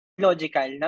Logical